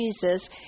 Jesus